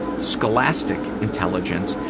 scholastic intelligence,